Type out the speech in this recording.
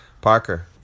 Parker